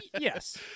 Yes